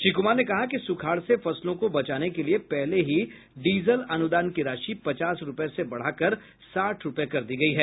श्री कुमार ने कहा कि सुखाड़ से फसलों को बचाने के लिए पहले ही डीजल अनुदान की राशि पचास रुपये से बढ़ाकर साठ रुपये कर दी गयी है